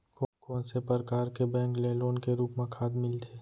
कोन से परकार के बैंक ले लोन के रूप मा खाद मिलथे?